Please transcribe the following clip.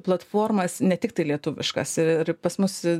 platformas ne tiktai lietuviškas ir pas mus